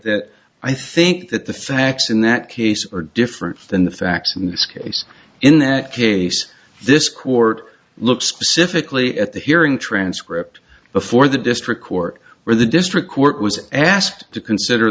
that i think that the facts in that case are different than the facts in this case in that case this court look specifically at the hearing transcript before the district court where the district court was asked to consider